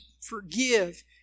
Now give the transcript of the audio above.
forgive